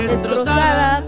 Destrozada